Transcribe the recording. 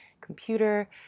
computer